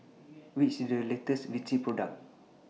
What IS The latest Vichy Product